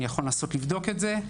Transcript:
אני יכול לנסות לבדוק את זה.